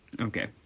okay